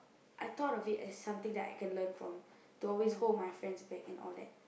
I thought of it as something that I can learn from to always hold my friends' back and all that